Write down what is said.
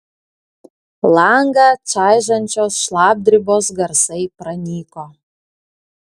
langą čaižančios šlapdribos garsai pranyko